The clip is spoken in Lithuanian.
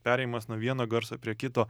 perėjimas nuo vieno garso prie kito